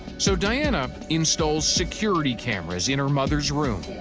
so diana installs security cameras in her mother's room.